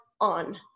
on